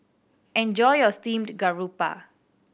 enjoy your steamed garoupa